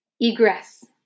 Egress